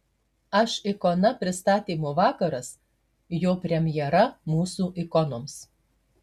aš ikona pristatymo vakaras jo premjera mūsų ikonoms